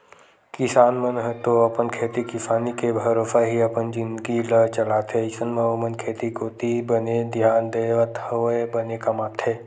किसान मन ह तो अपन खेती किसानी के भरोसा ही अपन जिनगी ल चलाथे अइसन म ओमन खेती कोती बने धियान देवत होय बने कमाथे